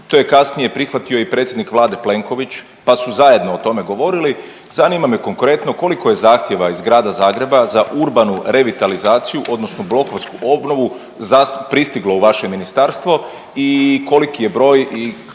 Top je kasnije prihvatio i predsjednik Vlade Plenković, pa su zajedno o tome govorili. Zanima me konkretno koliko je zahtjeva iz grada Zagreba za urbanu revitalizaciju, odnosno blokovsku obnovu pristiglo u vaše ministarstvo i koliki je broj i kako